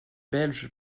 belge